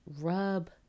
rub